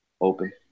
open